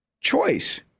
Choice